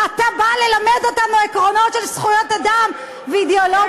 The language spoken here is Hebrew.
ואתה בא ללמד אותנו עקרונות של זכויות אדם ואידיאולוגיה?